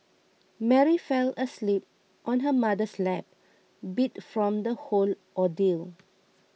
Mary fell asleep on her mother's lap beat from the whole ordeal